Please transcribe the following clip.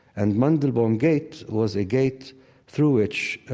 and mandelbaum gate was a gate through which